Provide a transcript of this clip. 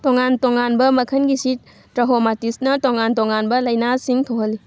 ꯇꯣꯉꯥꯟ ꯇꯣꯉꯥꯟꯕ ꯃꯈꯟꯒꯤ ꯁꯤ ꯇ꯭ꯔꯥꯍꯣꯃꯥꯇꯤꯁꯅ ꯇꯣꯉꯥꯟ ꯇꯣꯉꯥꯟꯕ ꯂꯥꯏꯅꯥꯁꯤꯡ ꯊꯣꯛꯍꯜꯂꯤ